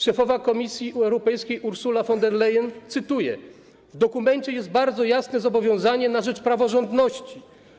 Szefowa Komisji Europejskiej Ursula von der Leyen powiedziała, cytuję: W dokumencie jest bardzo jasne zobowiązane na rzecz praworządności.